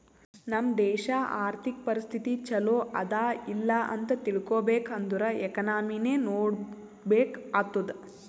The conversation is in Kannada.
ನಮ್ ದೇಶಾ ಅರ್ಥಿಕ ಪರಿಸ್ಥಿತಿ ಛಲೋ ಅದಾ ಇಲ್ಲ ಅಂತ ತಿಳ್ಕೊಬೇಕ್ ಅಂದುರ್ ಎಕನಾಮಿನೆ ನೋಡ್ಬೇಕ್ ಆತ್ತುದ್